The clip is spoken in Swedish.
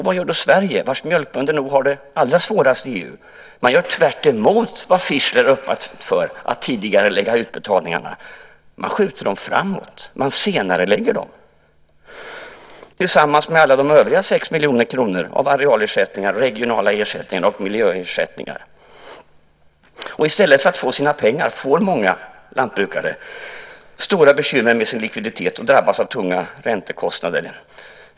Vad gör Sverige, vars mjölkbönder nog har det allra svårast i EU? Man gör tvärtemot vad Fischler öppnat för, att tidigarelägga utbetalningarna. Man skjuter dem framåt och senarelägger dem, tillsammans med de övriga 6 miljoner kronorna i arealersättning, regionala ersättningar och miljöersättningar. I stället för att få sina pengar får många lantbrukare stora bekymmer med sin likviditet och drabbas av tunga räntekostnader.